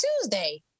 Tuesday